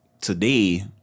today